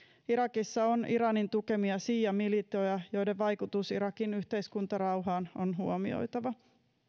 irakissa on iranin tukemia siiamilitioita joiden vaikutus irakin yhteiskuntarauhaan on huomioitava